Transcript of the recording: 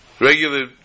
regular